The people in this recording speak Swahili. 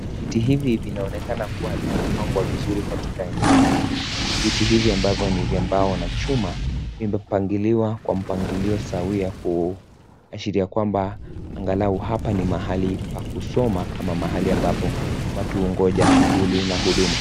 Viti hivi vinaonekana kuwa vimepangwa vizuri katika eneo hili, viti ambavyo ni vya mbao na chuma vimepangiliwa kwa mpangilio sawia kuashiria kwamba angalau hapa ni mahali pa kusoma ama mahali ambapo watu hungoja shughuli na huduma.